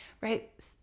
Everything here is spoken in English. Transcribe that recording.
right